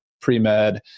pre-med